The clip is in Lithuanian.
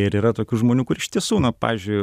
ir yra tokių žmonių kurie iš tiesų na pavyzdžiui